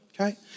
Okay